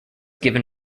given